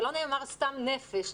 ולא נאמר סתם נפש,